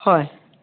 হয়